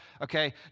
okay